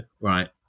right